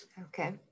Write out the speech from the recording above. Okay